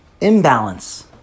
imbalance